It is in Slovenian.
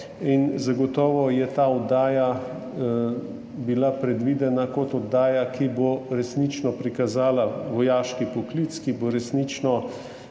in zagotovo je bila ta oddaja predvidena kot oddaja, ki bo resnično prikazala vojaški poklic, ki bo resnično